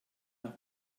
nach